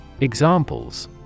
Examples